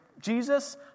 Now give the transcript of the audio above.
Jesus